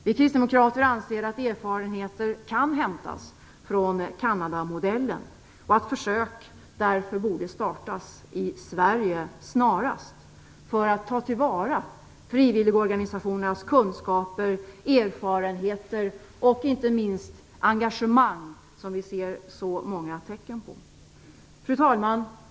Vi kristdemokrater anser att erfarenheter kan hämtas från Kanadamodellen och att försök därför borde startas i Sverige snarast för att ta till vara frivilligorganisationernas kunskaper, erfarenheter och inte minst engagemang, som vi ser så många tecken på. Fru talman!